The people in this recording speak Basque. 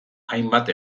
hainbat